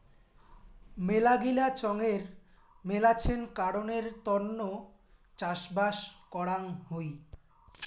মেলাগিলা চঙের মেলাছেন কারণের তন্ন চাষবাস করাং হই